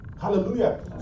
Hallelujah